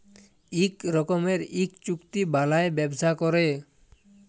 ইক রকমের ইক চুক্তি বালায় ব্যবসা ক্যরে